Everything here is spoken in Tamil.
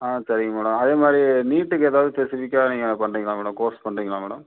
ஆ சரிங்க மேடம் அதே மாதிரி நீட்டுக்கு எதாவது ஸ்பெசிஃபிக்காக நீங்கள் பண்ணுறிங்ளா மேடம் கோர்ஸ் பண்ணுறிங்ளா மேடம்